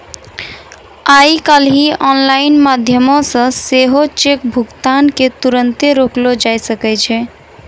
आइ काल्हि आनलाइन माध्यमो से सेहो चेक भुगतान के तुरन्ते रोकलो जाय सकै छै